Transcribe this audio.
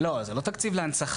לא, זה לא תקציב להנצחה.